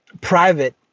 private